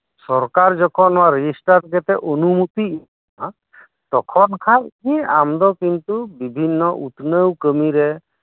ᱥᱚᱨᱠᱟᱨ ᱡᱚᱠᱷᱚᱱ ᱱᱚᱣᱟ ᱨᱮᱡᱤᱥᱴᱟᱨ ᱠᱟᱛᱮ ᱚᱱᱩᱢᱚᱛᱤᱭ ᱮᱢᱟᱢᱟ ᱛᱚᱠᱷᱚᱱ ᱠᱷᱟᱡᱜᱮ ᱟᱢᱫᱚ ᱠᱤᱱᱛᱩ ᱵᱤᱵᱷᱤᱱᱱᱚ ᱩᱛᱱᱟᱹᱣ ᱠᱟᱹᱢᱤᱨᱮ